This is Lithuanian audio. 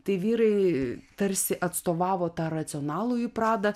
tai vyrai tarsi atstovavo tą racionalųjį pradą